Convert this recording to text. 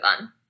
on